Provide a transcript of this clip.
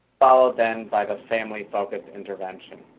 followed then by the family focused intervention.